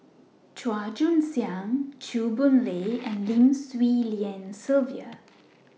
Chua Joon Siang Chew Boon Lay and Lim Swee Lian Sylvia